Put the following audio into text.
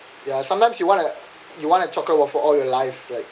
yeah sometimes you want to you want to chocolate waffle all your life like